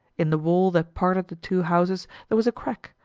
in the wall that parted the two houses there was a crack,